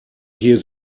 hier